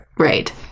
Right